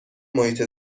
محیط